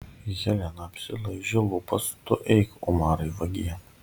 helena apsilaižė lūpas tu eik umarai vagie